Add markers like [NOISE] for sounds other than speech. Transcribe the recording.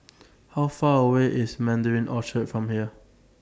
[NOISE] How Far away IS Mandarin Orchard from here